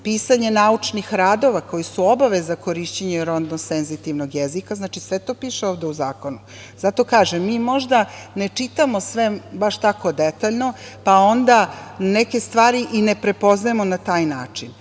pisanje naučnih radova koji su obavezni za korišćenje rodno senzitivnog jezika. Znači, sve to piše ovde u zakonu. Zato kažem, mi možda ne čitamo sve baš tako detaljno, pa onda neke stvari i ne prepoznajemo na taj način.